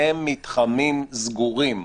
הם מתחמים סגורים.